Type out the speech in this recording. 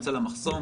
יוצא למחסום,